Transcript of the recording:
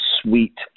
sweet